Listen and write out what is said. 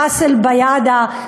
בראס-אל-ביאדה.